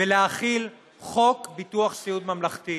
ולהחיל חוק ביטוח סיעוד ממלכתי.